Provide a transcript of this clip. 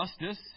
justice